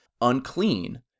unclean